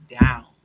down